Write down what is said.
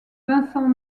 vincent